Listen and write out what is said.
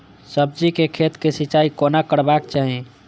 सब्जी के खेतक सिंचाई कोना करबाक चाहि?